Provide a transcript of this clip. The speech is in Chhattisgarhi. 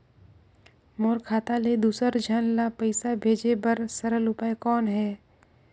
मोर खाता ले दुसर झन ल पईसा भेजे बर सरल उपाय कौन हे?